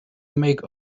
make